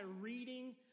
reading